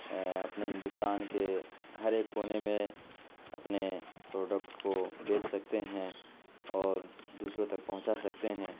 اپنے ہندوستان کے ہر ایک کونے میں اپنے پروڈکٹ کو بیچ سکتے ہیں اور دوسروں تک پہنچا سکتے ہیں